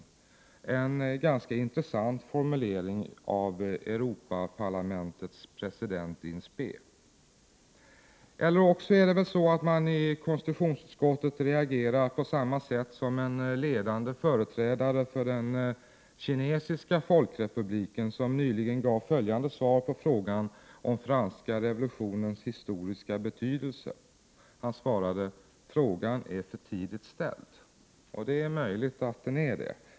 Det är en intressant formulering av Europaparlamentets president in spe. Det kan också vara så att man i konstitutionsutskottet reagerar på samma sätt som en ledande företrädare för den kinesiska folkrepubliken som nyligen fick frågan om franska revolutionens historiska betydelse. Han svarade: Frågan är för tidigt ställd. Det är möjligt att den är det.